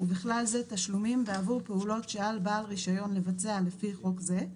ובכלל זה תשלומים בעבור פעולות שעל בעל רישיון לבצע לפי חוק זה,